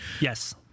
Yes